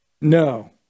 No